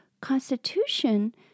Constitution